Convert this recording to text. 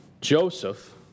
Joseph